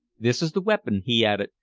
this is the weapon, he added,